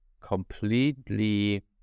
completely